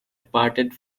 departed